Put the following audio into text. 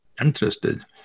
interested